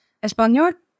Español